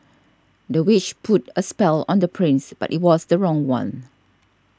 the witch put a spell on the prince but it was the wrong one